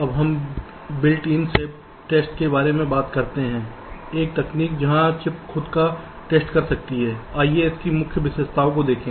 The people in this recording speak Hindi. अब हम बिल्ट इन सेल्फ टेस्ट के बारे में बात करते हैं एक तकनीक जहां चिप खुद का टेस्ट कर सकती है आइए इस मुख्य विशेषताओं को देखें